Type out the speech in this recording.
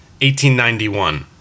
1891